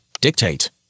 Dictate